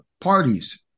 parties